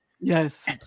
Yes